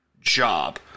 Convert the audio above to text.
job